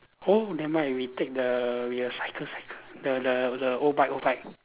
oh never mind we take the we will cycle cycle the the the oBike oBike